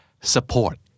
Support